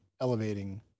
elevating